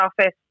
office